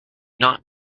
not